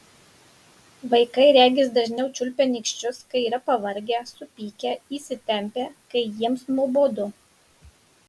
vaikai regis dažniau čiulpia nykščius kai yra pavargę supykę įsitempę kai jiems nuobodu